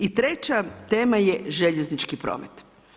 I treća tema je željeznički promet.